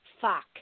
fuck